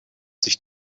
sich